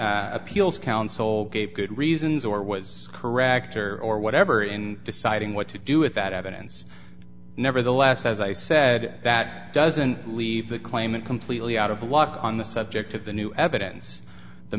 the appeals council gave good reasons or was correct or or whatever in deciding what to do with that evidence nevertheless as i said that doesn't leave the claimant completely out of luck on the subject of the new evidence the